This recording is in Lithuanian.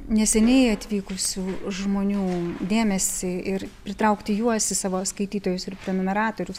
neseniai atvykusių žmonių dėmesį ir pritraukti juos į savo skaitytojus ir prenumeratorius